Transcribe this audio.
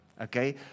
Okay